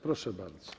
Proszę bardzo.